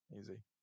Easy